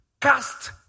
Cast